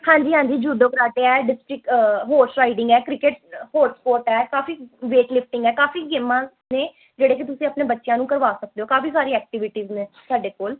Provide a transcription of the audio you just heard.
ਹਾਂਜੀ ਹਾਂਜੀ judo karate ਆ ਡਿਸਟਿਕ ਹੋਰਸ ਰਾਈਡਿੰਗ ਹੈ ਕ੍ਰਿਕਟ ਹੋਰ ਸਪੋਰਟ ਹੈ ਕਾਫੀ ਵੇਟ ਲਿਫਟਿੰਗ ਹੈ ਕਾਫੀ ਗੇਮਾਂ ਨੇ ਜਿਹੜੇ ਕਿ ਤੁਸੀਂ ਆਪਣੇ ਬੱਚਿਆਂ ਨੂੰ ਕਰਵਾ ਸਕਦੇ ਹੋ ਕਾਫੀ ਸਾਰੀ ਐਕਟੀਵਿਟੀਜ ਨੇ ਸਾਡੇ ਕੋਲ